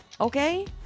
Okay